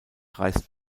reist